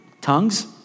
tongues